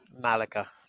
Malaga